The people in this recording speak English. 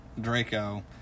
Draco